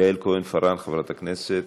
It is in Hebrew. יעל כהן-פארן, חברת הכנסת,